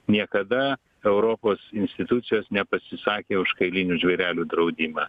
niekada europos institucijos nepasisakė už kailinių žvėrelių draudimą